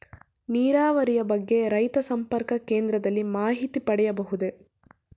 ನೀರಾವರಿಯ ಬಗ್ಗೆ ರೈತ ಸಂಪರ್ಕ ಕೇಂದ್ರದಲ್ಲಿ ಮಾಹಿತಿ ಪಡೆಯಬಹುದೇ?